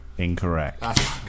Incorrect